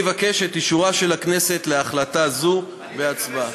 אני אבקש את אישורה של הכנסת להחלטה זו בהצבעה.